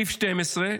סעיף 12: